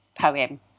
poem